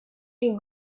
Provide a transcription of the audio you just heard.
you